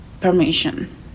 permission